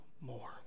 more